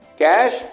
cash